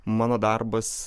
mano darbas